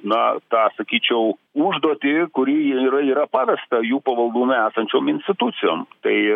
na tą sakyčiau užduotį kuri jie yra yra pavesta jų pavaldume esančiom institucijom tai